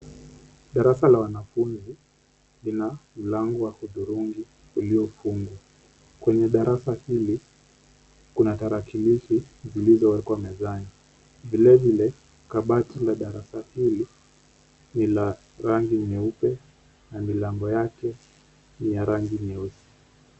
Darasa la wanafunzi lina mlango wa hudhurungi uliofungwa. Kwenye darasa hii, kuna tarakilishi zilizowekwa mezani. Vilevile kabati la darasa hili lina rangi nyeupe na milango yake ni ya rangi nyeusi.